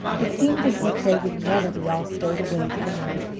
it seemed as if they would never be all stowed away for the night.